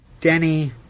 Denny